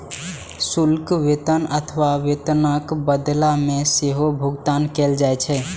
शुल्क वेतन अथवा वेतनक बदला मे सेहो भुगतान कैल जाइ छै